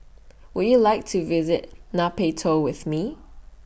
Would YOU like to visit Nay Pyi Taw with Me